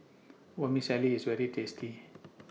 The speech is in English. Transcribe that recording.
Vermicelli IS very tasty